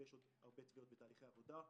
ויש עוד הרבה תביעות בתהליכי עבודה.